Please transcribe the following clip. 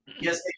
Yes